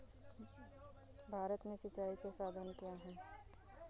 भारत में सिंचाई के साधन क्या है?